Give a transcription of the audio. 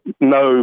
No